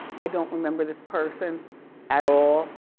i don't remember this person at all.